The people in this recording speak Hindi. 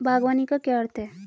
बागवानी का क्या अर्थ है?